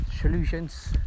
solutions